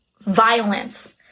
violence